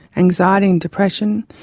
anxiety and depression.